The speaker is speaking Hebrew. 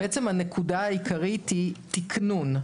הנקודה העיקרית היא תקנון.